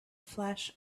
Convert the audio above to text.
flash